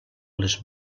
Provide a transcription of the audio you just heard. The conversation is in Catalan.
les